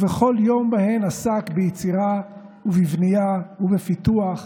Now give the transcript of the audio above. ובכל יום עסק ביצירה ובבנייה ובפיתוח.